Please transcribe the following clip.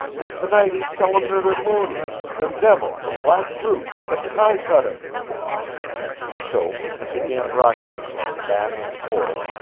and tonight he's sellin' her to mooney the devil the black brute the tie-cutter she choked, and began rocking herself back and forth,